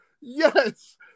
yes